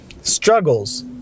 struggles